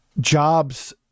jobs